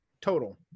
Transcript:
Total